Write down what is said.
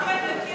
חמד,